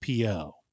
PO